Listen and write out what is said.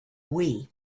wii